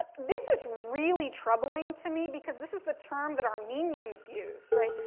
ah this is really troubling to me, because this is the term that armenians used, right?